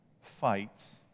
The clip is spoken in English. fights